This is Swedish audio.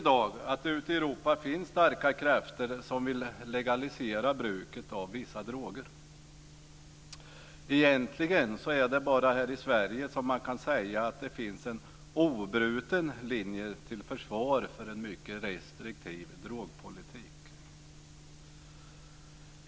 Det finns ute i Europa i dag starka krafter som vill legalisera bruket av vissa droger. Det är egentligen bara här i Sverige som det kan sägas att det funnits en obruten linje till försvar för en mycket restriktiv drogpolitik.